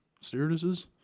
Stewardesses